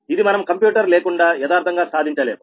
ఇది మనం కంప్యూటర్ లేకుండా యదార్ధంగా సాధించలేము